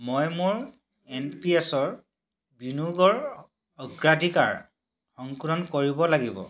মই মোৰ N P এছৰ বিনিয়োগৰ অগ্ৰাধিকাৰ সংশোধন কৰিব লাগিব